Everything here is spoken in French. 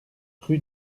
rue